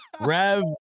Rev